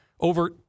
over